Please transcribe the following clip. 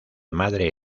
madre